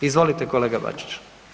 Izvolite kolega Bačić.